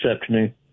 afternoon